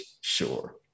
Sure